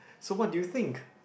so what do you think